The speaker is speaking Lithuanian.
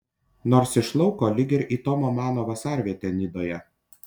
nors iš lauko lyg ir į tomo mano vasarvietę nidoje